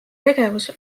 tegevus